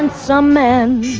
and some men.